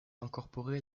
incorporé